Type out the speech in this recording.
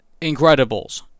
Incredibles